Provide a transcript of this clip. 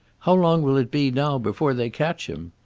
how long will it be now before they catch him?